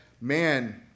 man